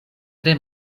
tre